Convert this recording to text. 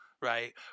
right